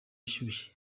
ashyushye